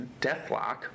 Deathlock